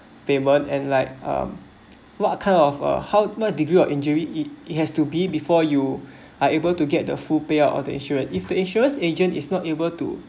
payment and like um what kind of how my degree of injury it it has to be before you are able to get the full payout of the insurance if the insurance agent is not able to